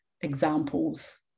examples